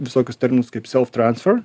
visokius terminus kaip self transfer